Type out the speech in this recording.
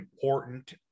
important